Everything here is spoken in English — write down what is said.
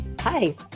Hi